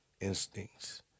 instincts